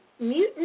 mutant